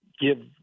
give